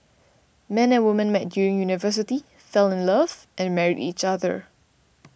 man and woman met during university fell in love and married each other